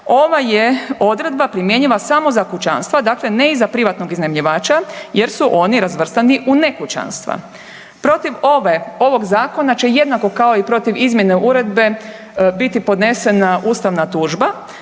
ova je odredba primjenjiva samo za kućanstva, dakle ne i za privatnog iznajmljivača jer su oni razvrstani u nekućanstva. Protiv ovog zakona će jednako kao i protiv izmjene uredbe biti podnesena ustavna tužba.